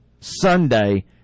Sunday